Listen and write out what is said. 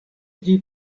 tri